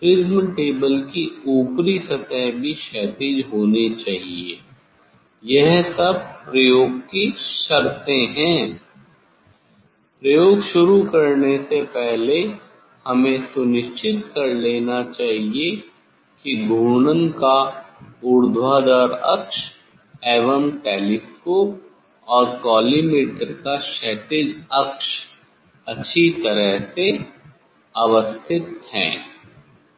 prism table की ऊपरी सतह भी क्षैतिज होना चाहिए यह सब प्रयोग की शर्तें है प्रयोग शुरू करने से पहले हमे यह सुनिश्चित कर लेना चाहिए की घूर्णन का ऊर्ध्वाधर अक्ष एवं टेलीस्कोप और कॉलीमेटर का क्षैतिज अक्ष अच्छी तरह से अवस्थित है